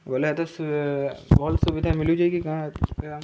ବୋଲେ ତ ବହୁତ ସୁବିଧା ମିିଲୁଛେ କି କାଣା ସୁବିଧା